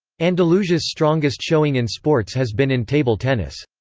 andalusia's strongest showing in sports has been in table tennis.